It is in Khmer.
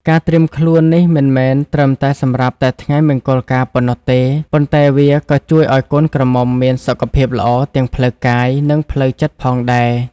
ការត្រៀមខ្លួននេះមិនមែនត្រឹមតែសម្រាប់តែថ្ងៃមង្គលការប៉ុណ្ណោះទេ ប៉ុន្តែវាក៏ជួយឱ្យកូនក្រមុំមានសុខភាពល្អទាំងផ្លូវកាយ និងផ្លូវចិត្តផងដែរ។